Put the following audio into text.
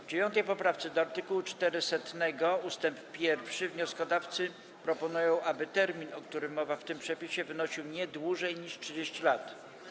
W 9. poprawce do art. 400 ust. 1 wnioskodawcy proponują, aby termin, o którym mowa w tym przepisie, wynosił nie dłużej niż 30 lat.